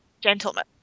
gentlemen